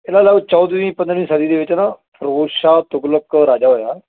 ਇਹਦਾ ਨਾਮ ਚੌਧਵੀਂ ਪੰਦਰਵੀਂ ਸਦੀ ਦੇ ਵਿੱਚ ਨਾ ਫਿਰੋਜ਼ਸ਼ਾਹ ਤੁਗਲਕ ਰਾਜਾ ਹੋਇਆ